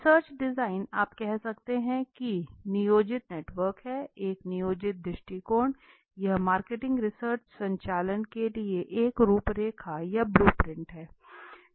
research design आप कह सकते हैं कि नियोजित नेटवर्क है एक नियोजित दृष्टिकोण यह मार्केटिंग रिसर्च संचालन के लिए एक रूपरेखा या ब्लू प्रिंट है